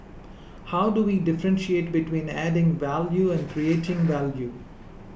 how do we differentiate between adding value and creating value